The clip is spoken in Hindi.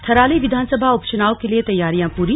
थराली विधानसभा उपचुनाव के लिए तैयारियां पूरी